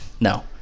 No